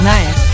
Nice